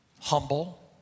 humble